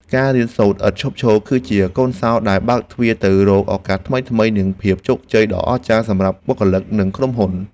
ការរៀនសូត្រឥតឈប់ឈរ គឺជាកូនសោរដែលបើកទ្វារទៅរកឱកាសថ្មីៗ និងភាពជោគជ័យដ៏អស្ចារ្យសម្រាប់បុគ្គលិកនិងក្រុមហ៊ុន។